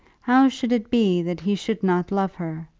how should it be that he should not love her?